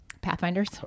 pathfinders